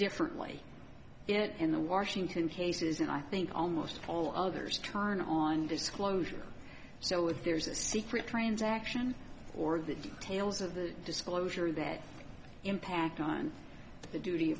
differently in the washington cases and i think almost all others turn on disclosure so if there's a secret transaction or the details of the disclosure that impact on